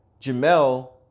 Jamel